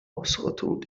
ausrottung